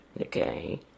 Okay